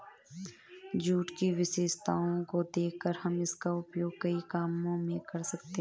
jute की विशेषताओं को देखकर हम इसका उपयोग कई कामों में कर सकते हैं